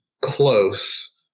close